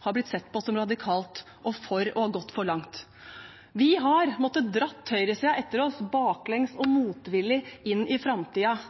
har blitt sett på som radikalt og for å ha gått for langt. Vi har måttet dra høyresiden etter oss baklengs og motvillig inn i framtiden.